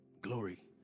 glory